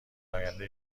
آینده